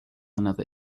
another